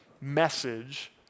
message